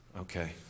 Okay